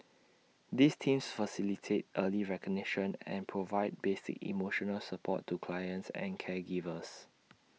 these teams facilitate early recognition and provide basic emotional support to clients and caregivers